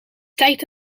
tijd